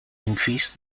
increase